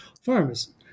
farmers